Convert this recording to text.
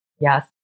yes